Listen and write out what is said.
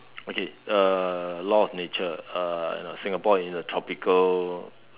okay err law of nature uh you know Singapore is a tropical